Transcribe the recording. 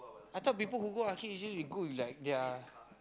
I thought people who go arcade usually they go with like their